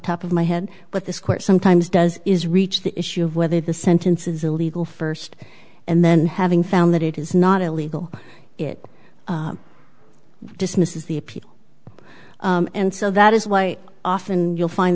top of my head but this court sometimes does is reach the issue of whether the sentences illegal first and then having found that it is not illegal it dismisses the appeal and so that is why often you'll find